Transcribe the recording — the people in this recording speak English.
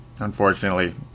Unfortunately